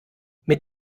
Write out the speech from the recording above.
mit